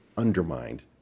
undermined